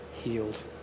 healed